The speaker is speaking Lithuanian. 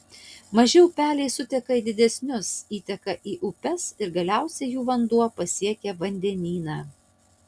maži upeliai suteka į didesnius įteka į upes ir galiausiai jų vanduo pasiekia vandenyną